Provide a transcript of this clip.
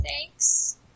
thanks